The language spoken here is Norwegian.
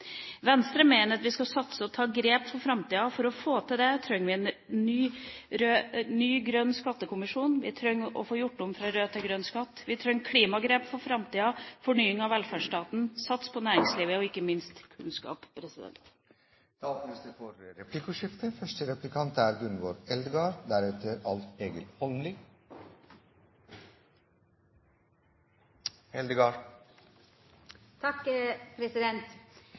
Venstre mener at vi skal satse og ta grep for framtida, og for å få til det trenger vi en ny grønn skattekommisjon. Vi trenger å få gjort om fra rød til grønn skatt, og vi trenger klimagrep for framtida, fornying av velferdsstaten, satsing på næringslivet og ikke minst på kunnskap. Det blir replikkordskifte. Når me ser på både dei alternative budsjetta og revidert budsjett, er